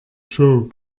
show